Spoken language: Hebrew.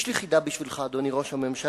יש לי חידה בשבילך, אדוני ראש הממשלה.